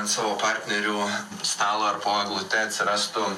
savo partnerių stalo ar po eglute atsirastų